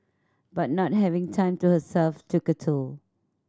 but not having time to herself took a toll